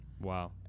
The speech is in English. wow